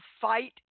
fight